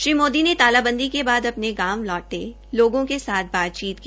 श्री मोदी ने तालाबंदी के बाद अपने गांव लौटे लोगों के साथ बातचीत की